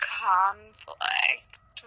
conflict